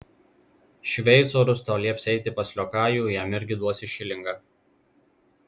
šveicorius tau lieps eiti pas liokajų jam irgi duosi šilingą